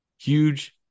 huge